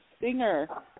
Singer